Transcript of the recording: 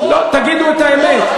תגידו את האמת.